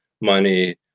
money